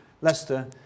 Leicester